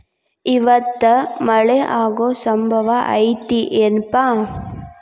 ಇವತ್ತ ಮಳೆ ಆಗು ಸಂಭವ ಐತಿ ಏನಪಾ?